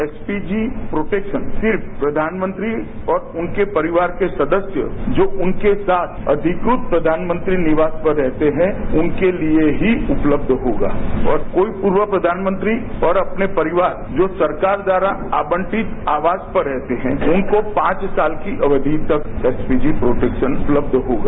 S P G protection सिर्फ प्रधानमंत्री और उनके परिवार के सदस्य जो उनके साथ अधिकृत प्रधानमंत्री निवास पर रहते हैं उनके लिए ही उपलब्ध होगा और कोई पूर्व प्रधानमंत्री और अपने परिवार जो सरकार द्वारा आवंटित आवास पर रहते हैं उनको पांच साल की अवधि तक एस पी जी प्रोटेक्शन उपलब्ध होगा